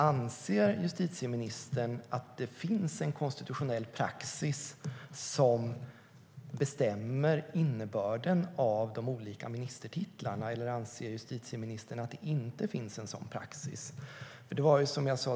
Anser justitieministern att det finns en konstitutionell praxis som bestämmer innebörden av de olika ministertitlarna, eller anser justitieministern att det inte finns en sådan praxis?